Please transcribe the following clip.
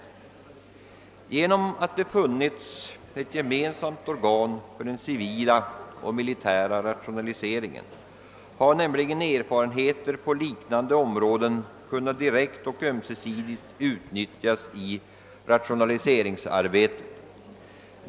Genom att det funnits eit gemensamt organ för den civila och den militära rationaliseringen ha nämligen erfarenheter på likartade områden kunnat direkt och ömsesidigt utnyttjas i rationaliseringsarbetet.